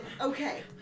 Okay